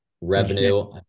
revenue